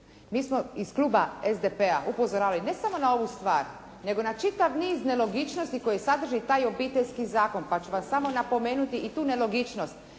Mi smo iz kluba SDP-a upozoravali ne samo na ovu stvar nego na čitav niz nelogičnosti koje sadrži taj Obiteljski zakon pa ću vam samo napomenuti i tu nelogičnost,